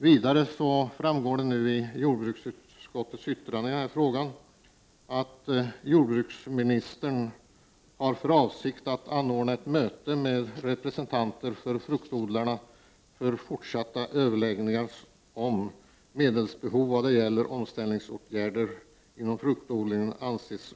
Vidare framgår av jordbruksutskottets yttrande i den här frågan att jordbruksministern har för avsikt att anordna ett möte med representanter för fruktodlarna för fortsatta överläggningar om medelsbehov vad gäller omställningsåtgärder inom fruktodlingen.